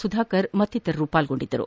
ಸುಧಾಕರ್ ಮತ್ತಿತರರು ಪಾಲ್ಗೊಂಡಿದ್ದರು